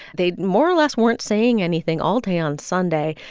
they more or less weren't saying anything all day on sunday.